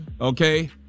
Okay